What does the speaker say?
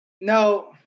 No